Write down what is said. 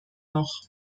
noch